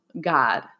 god